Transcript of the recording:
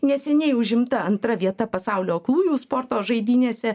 neseniai užimta antra vieta pasaulio aklųjų sporto žaidynėse